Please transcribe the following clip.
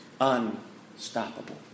unstoppable